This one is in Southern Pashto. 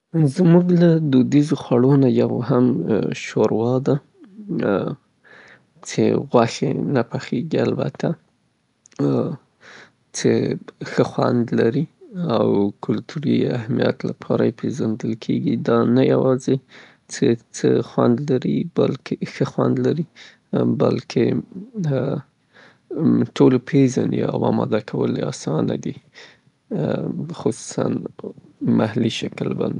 زمونږ کلتوري خواړه هغه څې زما خوښیږي هغه دوپیاازه ده، هغه چې، د غوښې پخیدل دي په یو خاص شکل باندې د پیازو سره چه معمولان په جشنونو کې هم ترېنه استفاده کیږي، یا خاصو مراسمو کې یا ډوډی کې ، فامیلي او کلتوري میراث.